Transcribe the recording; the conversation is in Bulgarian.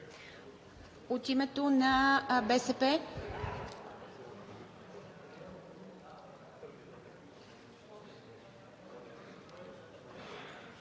От името на БСП?